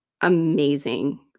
amazing